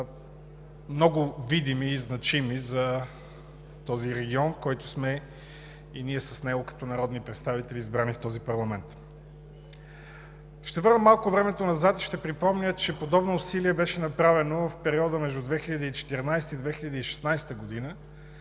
много видими и значими за този регион, в който сме и ние с него като народни представители, избрани в този парламент. Ще върна малко времето назад и ще припомня, че подобно усилие беше направено в периода 2014 – 2016 г.,